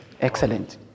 Excellent